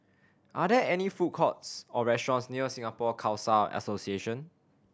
are there any food courts or restaurants near Singapore Khalsa Association